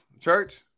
church